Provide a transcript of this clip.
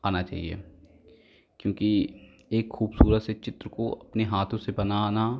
आना चाहिए क्योंकि एक खूबसूरत से चित्र को अपने हाथों से बनाना